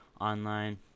online